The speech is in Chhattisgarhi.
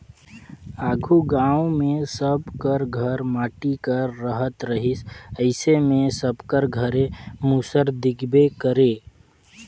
आघु गाँव मे सब कर घर माटी कर रहत रहिस अइसे मे सबकर घरे मूसर दिखबे करे